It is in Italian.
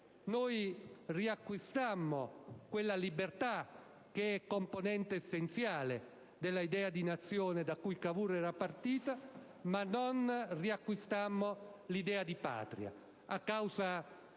noi riacquistammo quella libertà che è componente essenziale dell'idea di nazione da cui Cavour era partito ma non riacquistammo l'idea di patria, a causa dell'8